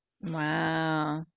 Wow